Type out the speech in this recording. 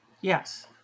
Yes